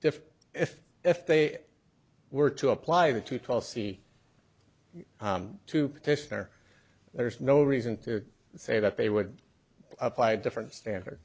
different if if they were to apply the two twelve c to petitioner there is no reason to say that they would apply a different standard